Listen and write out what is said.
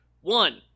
one